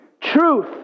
truth